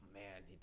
Man